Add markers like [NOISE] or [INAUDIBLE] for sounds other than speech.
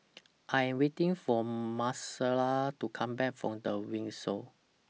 [NOISE] I Am waiting For Marcella to Come Back from The Windsor